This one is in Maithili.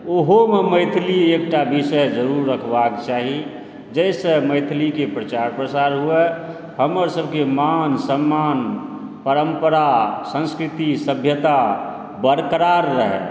ओहोमे मैथिली एकटा विषय जरुर रखबाके चाही जाहिसँ मैथिलीके प्रचार प्रसार हुए हमर सभके मान सम्मान परम्परा संस्कृति सभ्यता बरकरार रहै